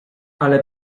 ale